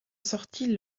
sortit